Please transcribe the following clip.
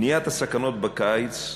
מניעת הסכנות בקיץ,